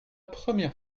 première